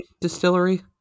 distillery